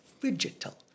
Digital